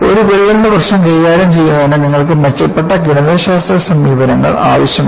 ഒരു വിള്ളലിന്റെ പ്രശ്നം കൈകാര്യം ചെയ്യുന്നതിന് നിങ്ങൾക്ക് മെച്ചപ്പെട്ട ഗണിതശാസ്ത്ര സമീപനങ്ങൾ ആവശ്യമാണ്